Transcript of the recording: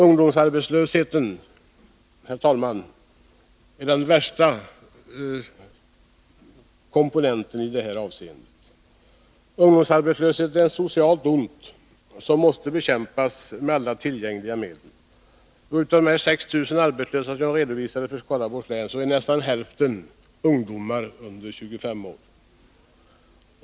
Ungdomsarbetslösheten, herr talman, är den värsta komponenten i detta avseende. Ungdomsarbetslösheten är ett socialt ont, som måste bekämpas med alla tillgängliga medel. Av de 6 000 arbetslösa som jag redovisade för Skaraborgs län är nästan hälften ungdomar under 25 år.